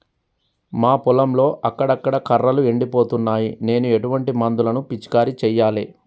మా పొలంలో అక్కడక్కడ కర్రలు ఎండిపోతున్నాయి నేను ఎటువంటి మందులను పిచికారీ చెయ్యాలే?